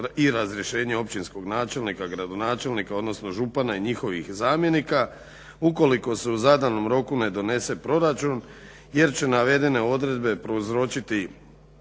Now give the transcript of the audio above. i razrješenje općinskog načelnika, gradonačelnika odnosno župana i njihovih zamjenika. Ukoliko se u zadanom roku ne donese proračun jer će navedene odredbe prouzročiti